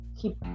keep